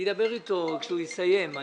אני אדבר איתו כשהוא יסיים.